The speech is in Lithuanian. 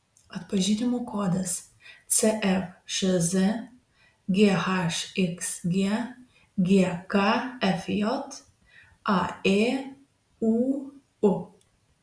atpažinimo kodas cfšz ghxg gkfj aėūu